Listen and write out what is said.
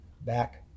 back